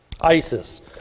Isis